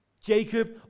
Jacob